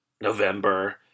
November